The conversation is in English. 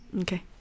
Okay